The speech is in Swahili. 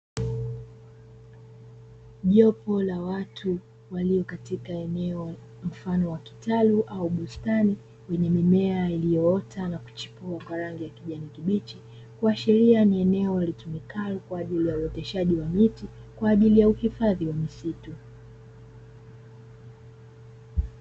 Jopo la watu walio katika eneo mfano wa kitalu au bustani, lenye mimea iliyoota na kuchipua kwa rangi ya kijani kibichi, kuashiria ni eneo litumikalo kwa ajili ya uoteshaji wa miti kwa ajili ya uhifadhi wa misitu.